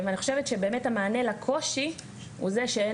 אני חושבת באמת המענה לקושי הוא זה שאין